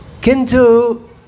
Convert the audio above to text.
Kintu